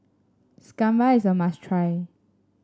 is a must try